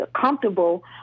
comfortable